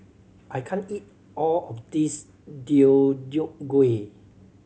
I can't eat all of this Deodeok Gui